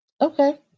Okay